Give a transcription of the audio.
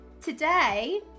today